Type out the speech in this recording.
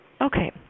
Okay